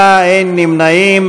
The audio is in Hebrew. שינוי הגיל לבקשת היתר לשהייה בישראל),